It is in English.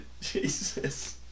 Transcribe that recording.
Jesus